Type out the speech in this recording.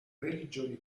religioni